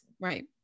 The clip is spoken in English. right